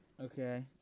Okay